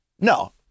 No